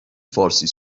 فارسی